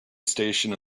station